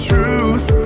Truth